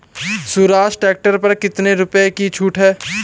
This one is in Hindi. स्वराज ट्रैक्टर पर कितनी रुपये की छूट है?